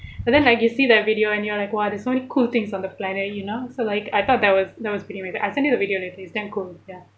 but then like you see that video and you're like !wah! there's so many cool things on the planet you know so like I thought that was that was pretty ama~ I'll send you the video later it's damn cool ya